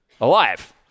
alive